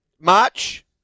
March